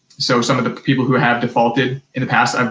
so, some of the people who have defaulted in the past,